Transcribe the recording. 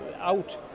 out